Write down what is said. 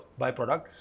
byproduct